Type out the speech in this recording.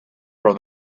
from